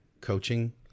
coaching